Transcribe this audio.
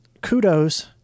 kudos